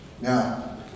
Now